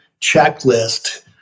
checklist